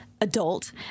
adult